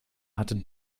hatte